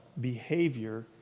behavior